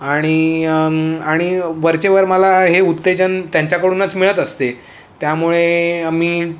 आणि आणि वरच्या वर मला हे उत्तेजन त्यांच्याकडूनच मिळत असते त्यामुळे मी